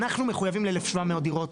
אנחנו מחויבים ל-1,700 דירות,